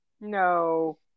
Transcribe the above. No